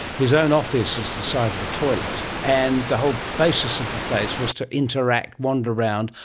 his own office is the size of a toilet, and the whole basis of the place was to interact, wander around,